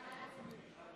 חוק סדר